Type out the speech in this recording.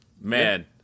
Man